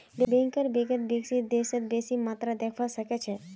banker बैंकक विकसित देशत बेसी मात्रात देखवा सके छै